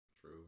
True